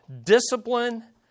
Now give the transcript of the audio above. Discipline